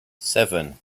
seven